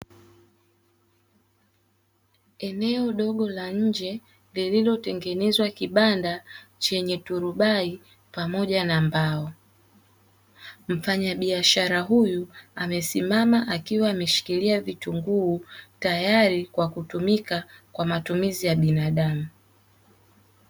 Eneo dogo la nje lililotengenezwa kibanda chenye turubai pamoja na mbao. Mfanyabiashara huyu amesimama akiwa ameshikilia vitunguu tayari kwa kutumika kwa matumizi ya binadamu.